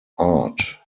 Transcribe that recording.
art